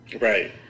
Right